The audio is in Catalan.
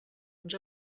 uns